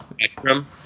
spectrum